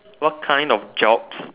what kind of job